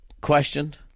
questioned